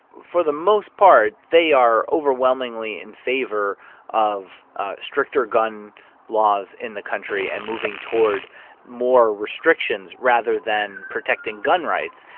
for the most part, they are overwhelmingly in favor of stricter gun laws in the country and moving toward more restrictions rather than protecting gun rights,